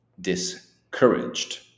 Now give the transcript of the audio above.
discouraged